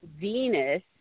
Venus